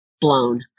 Blown